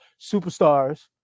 superstars